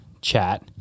chat